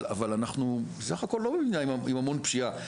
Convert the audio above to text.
אבל אנחנו בסך הכל לא מדינה עם המון פשיעה.